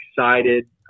excited